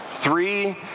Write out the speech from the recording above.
Three